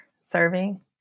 serving